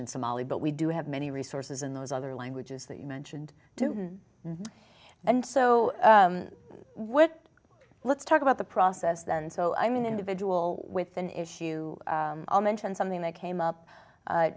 in somalia but we do have many resources in those other languages that you mentioned do and so what let's talk about the process then so i'm an individual with an issue i'll mention something that came up